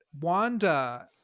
wanda